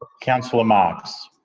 councillor marx